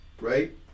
right